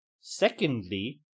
Secondly